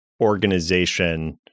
organization